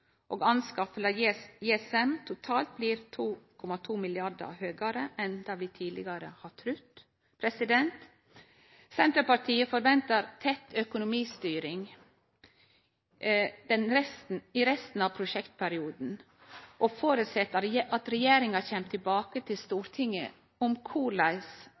integrasjon og anskaffing av JSM totalt blir 2,2 mrd. kr høgare enn det vi tidlegare har trudd. Senterpartiet ventar tett økonomistyring i resten av prosjektperioden og føreset at regjeringa kjem tilbake til Stortinget om korleis